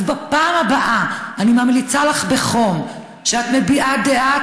אז בפעם הבאה אני ממליצה לך בחום: כשאת מביעה דעה,